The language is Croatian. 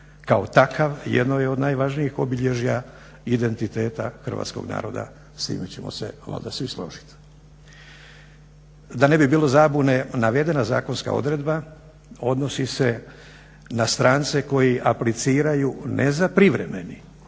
kao takav jedno je od najvažnijih obilježja identiteta hrvatskog naroda, s time ćemo se valjda svi složiti. Da ne bi bilo zabune, navedena zakonska odredba odnosi se na strance koji apliciraju ne za privremeni